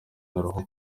n’uruhu